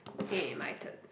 eh my turn